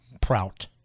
Prout